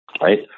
right